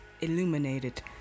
illuminated